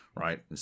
right